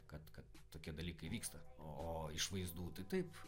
kad kad tokie dalykai vyksta o o iš vaizdų tai taip